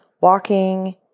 walking